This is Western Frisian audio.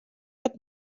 wat